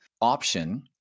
option